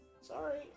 sorry